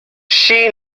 she